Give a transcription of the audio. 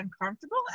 uncomfortable